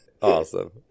awesome